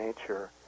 nature